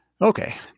Okay